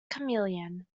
chameleon